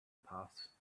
puffs